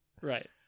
Right